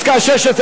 מס' 16,